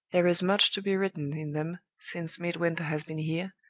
there is much to be written in them since midwinter has been here,